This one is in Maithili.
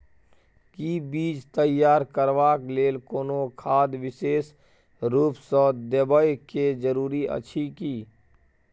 कि बीज तैयार करबाक लेल कोनो खाद विशेष रूप स देबै के जरूरी अछि की?